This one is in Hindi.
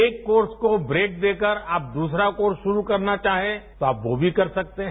एक कोर्स को ब्रेक देकर आप द्रसरा कोर्स शुरू करना चाहें तो आप वो भी कर सकते हैं